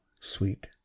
sweet